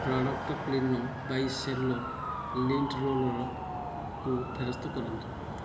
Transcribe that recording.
product Kleeno by Cello lint ରୋଲର୍କୁ ଫେରସ୍ତ କରନ୍ତୁ